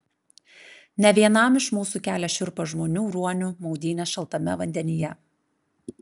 ne vienam iš mūsų kelia šiurpą žmonių ruonių maudynės šaltame vandenyje